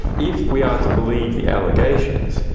if we are to believe the allegations,